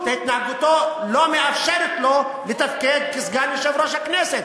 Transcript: התנהגותו פשוט לא מאפשרת לו לתפקד כסגן יושב-ראש הכנסת.